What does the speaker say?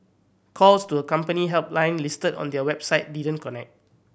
calls to a company helpline listed on their website didn't connect